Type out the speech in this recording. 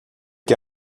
que